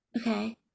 okay